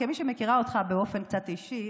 וכמי שמכירה אותך באופן קצת אישי,